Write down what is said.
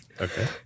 Okay